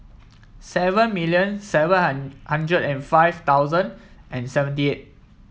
seven million seven hundred and five thousand and seventy eight